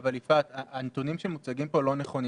יפעת, הנתונים שמוצגים פה לא נכונים.